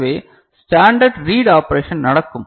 எனவே standard read operation நடக்கும்